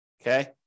Okay